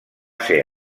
ser